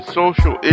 social